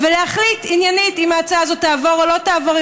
ולהחליט עניינית אם ההצעה הזאת תעבור או לא תעבור,